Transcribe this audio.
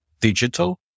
digital